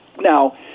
Now